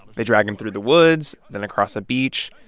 they drag him through the woods, then across a beach.